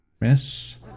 Miss